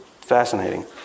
Fascinating